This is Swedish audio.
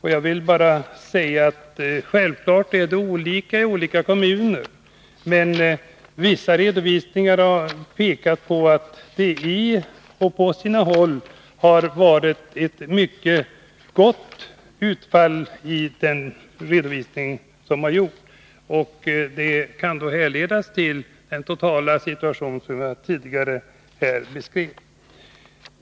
Självfallet är förhållandena olika i olika kommuner, men vissa redovisningar ger vid handen att det på sina håll har varit ett mycket gott utfall. Det kan då härledas till den totala situation som jag här tidigare beskrivit.